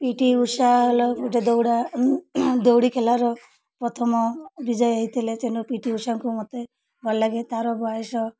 P T Usha ହେଲା ଗୋଟେ ଦୌଡ଼ା ଦୌଡ଼ି ଖେଲାର ପ୍ରଥମ ବିଜୟ ହେଇଥିଲେ ତେଣୁ ପି ଟି ଉଷାକୁ ମୋତେ ଭଲ ଲାଗେ ତା'ର ବୟସ